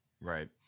Right